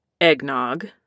eggnog